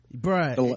Right